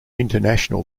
international